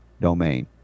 domain